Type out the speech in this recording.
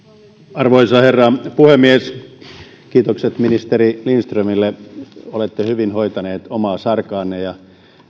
arvoisa herra puhemies kiitokset ministeri lindströmille olette hyvin hoitanut omaa sarkaanne ja